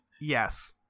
Yes